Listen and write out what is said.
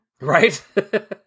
Right